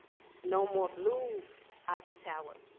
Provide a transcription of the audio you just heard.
no more blue ivory tower.